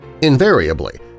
Invariably